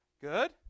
Good